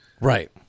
Right